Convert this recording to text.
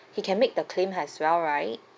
he can make the claim as well right